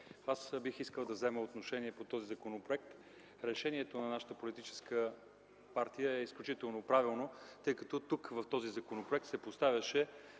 аз бих искал да взема отношение по този законопроект. Мисля, че решението на нашата политическа партия е изключително правилно. В този законопроект се поставяше